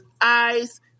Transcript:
eyes